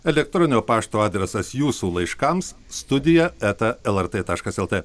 elektroninio pašto adresas jūsų laiškams studija eta lrt taškas lt